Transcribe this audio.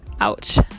Ouch